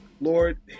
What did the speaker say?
Lord